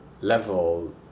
level